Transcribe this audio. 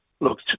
Look